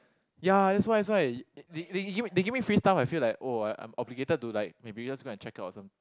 ya that's why that's why they they give me they give me free stuff I feel like oh I'm obligated to like may because my checkout or some